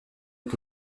est